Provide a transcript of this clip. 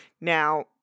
Now